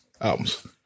albums